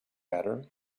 better